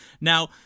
Now